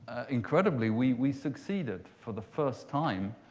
incredibly, we we succeeded for the first time.